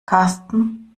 karsten